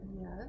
Yes